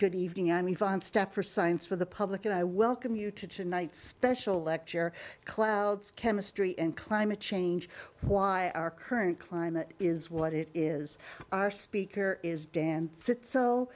good evening on the step for science for the public and i welcome you to tonight's special lecture clouds chemistry and climate change why our current climate is what it is our speaker is dan sits so